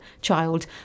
child